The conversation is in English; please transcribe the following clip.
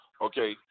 Okay